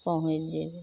पहुँचि जएबै